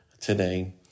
today